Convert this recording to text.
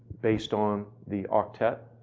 based on the octet.